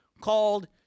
called